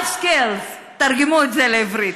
Life Skills, תרגמו את זה לעברית.